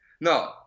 No